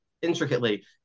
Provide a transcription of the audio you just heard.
Intricately